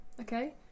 Okay